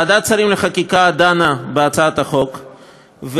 ועדת השרים לחקיקה דנה בהצעת החוק,